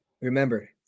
Remember